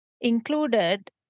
included